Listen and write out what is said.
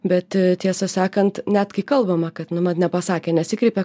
bet tiesą sakant net kai kalbama kad nu mat nepasakė nesikreipė